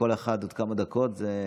לכל אחד עוד כמה דקות זה,